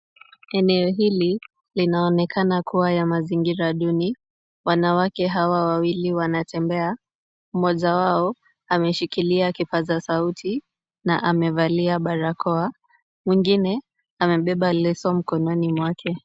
Eneo hili linaonekana ya mazingira duni. Wanawake hawa wawili wanatembea. Mmoja wao ameshikilia kipaza sauti na amevalia barakoa. Mwingine amebeba leso mkononi mwake.